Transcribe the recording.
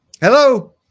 hello